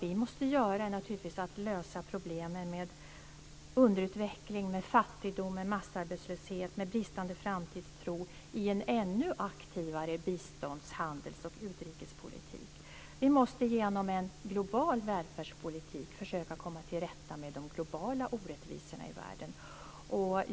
Vi måste naturligtvis lösa problemen med underutveckling, fattigdom, massarbetslöshet och bristande framtidstro i en ännu aktivare bistånds-, handels och utrikespolitik. Vi måste genom en global välfärdspolitik försöka komma till rätta med de globala orättvisorna i världen.